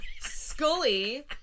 Scully